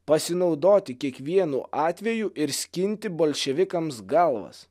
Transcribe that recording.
pasinaudoti kiekvienu atveju ir skinti bolševikams galvas